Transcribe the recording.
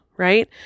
right